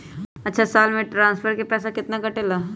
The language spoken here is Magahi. अछा साल मे ट्रांसफर के पैसा केतना कटेला?